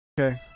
Okay